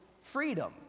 freedom